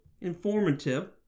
informative